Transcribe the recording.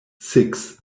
six